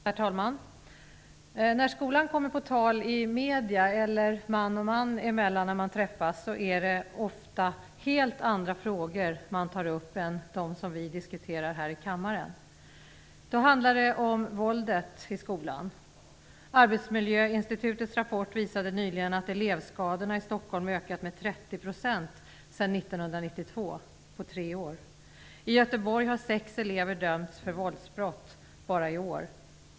Herr talman! När skolan kommer på tal, i medierna eller man och man emellan, är det ofta helt andra frågor man tar upp än de vi diskuterar här i kammaren. Då handlar det om våldet i skolan. Arbetsmiljöinstitutets rapport visade nyligen att elevskadorna i Stockholm ökat med 30 % sedan 1992, på tre år. I Göteborg har sex elever dömts för våldsbrott bara i år.